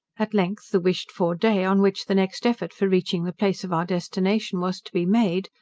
at length the wished-for day, on which the next effort for reaching the place of our destination was to be made,